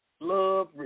love